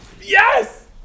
Yes